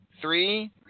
three